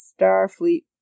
Starfleet